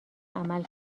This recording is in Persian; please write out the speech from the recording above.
عمل